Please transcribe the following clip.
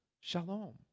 shalom